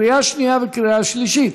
עברה בקריאה שלישית